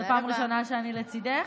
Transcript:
זו פעם ראשונה שאני לצידך.